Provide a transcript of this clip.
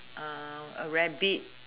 a rabbit